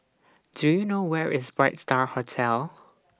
Do YOU know Where IS Bright STAR Hotel